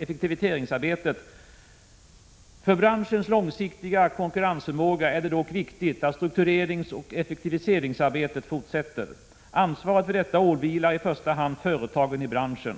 effektiviseringsarbetet fortsätter. Ansvaret för detta åvilar i första hand företagen i branschen.